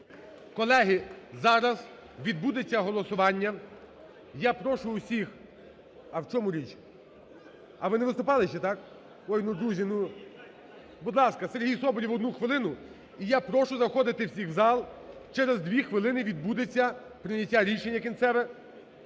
Колеги, зараз відбудеться голосування. Я прошу всіх… А в чому річ? А, ви не виступали ще, так? Ой, ну друзі, ну… Будь ласка, Сергій Соболєв, 1 хвилина. І я прошу заходити всіх у зал, через 2 хвилини відбудеться прийняття рішення кінцеве.